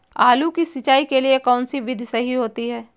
आलू की सिंचाई के लिए कौन सी विधि सही होती है?